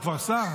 הוא כבר שר?